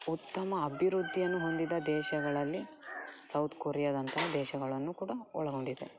ಉತ್ತಮ ಅಭಿವೃದ್ಧಿಯನ್ನು ಹೊಂದಿದ ದೇಶಗಳಲ್ಲಿ ಸೌತ್ ಕೊರಿಯಾದಂಥ ದೇಶಗಳನ್ನು ಕೂಡ ಒಳಗೊಂಡಿದೆ